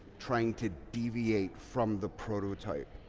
trying to deviate from the prototype.